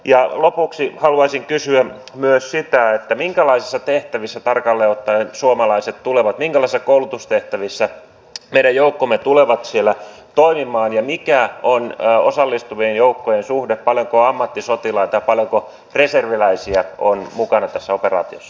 ja lopuksi haluaisin kysyä myös sitä minkälaisissa koulutustehtävissä tarkalleen ottaen suomalaiset tulevat minulle se koulutustehtävissä meidän joukkomme tulevat siellä toimimaan ja mikä on osallistuvien joukkojen suhde paljonko on ammattisotilaita ja paljonko on reserviläisiä mukana tässä operaatiossa